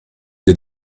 des